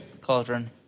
Cauldron